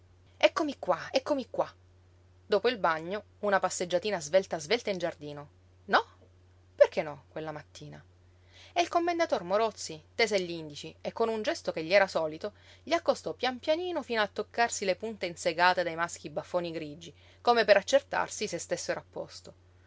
eccomi qua eccomi qua dopo il bagno una passeggiatina svelta svelta in giardino no perché no quella mattina e il commendator morozzi tese gl'indici e con un gesto che gli era solito li accostò pian pianino fino a toccarsi le punte insegate dei maschi baffoni grigi come per accertarsi se stessero